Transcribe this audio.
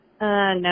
no